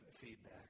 feedback